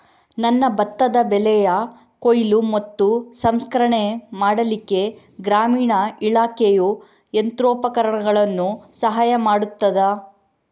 ನನ್ನ ಭತ್ತದ ಬೆಳೆಯ ಕೊಯ್ಲು ಮತ್ತು ಸಂಸ್ಕರಣೆ ಮಾಡಲಿಕ್ಕೆ ಗ್ರಾಮೀಣ ಇಲಾಖೆಯು ಯಂತ್ರೋಪಕರಣಗಳ ಸಹಾಯ ಮಾಡುತ್ತದಾ?